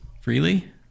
freely